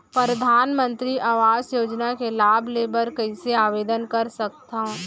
परधानमंतरी आवास योजना के लाभ ले बर कइसे आवेदन कर सकथव?